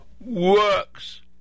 Works